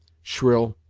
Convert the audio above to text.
shrill,